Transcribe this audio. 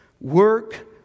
work